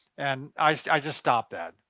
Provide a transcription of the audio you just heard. and i just i just stopped that.